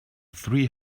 three